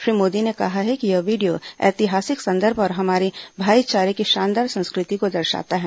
श्री मोदी ने कहा है कि यह वीडियो ऐतिहासिक संदर्भ और हमारी भाईचारे की शानदार संस्कृति को दर्शाता है